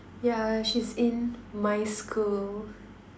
yeah she's in my school